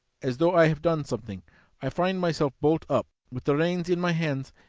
as though i have done something i find myself bolt up, with the reins in my hand,